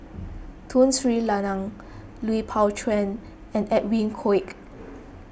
Tun Sri Lanang Lui Pao Chuen and Edwin Koek